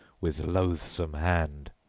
with loathsome hand.